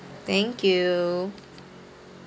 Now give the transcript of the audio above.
thank you